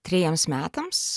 trejiems metams